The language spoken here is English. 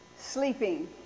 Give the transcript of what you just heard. Sleeping